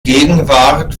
gegenwart